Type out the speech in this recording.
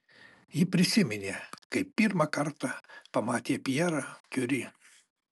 ji prisiminė kaip pirmą kartą pamatė pjerą kiuri